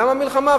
למה מלחמה?